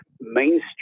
mainstream